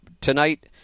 Tonight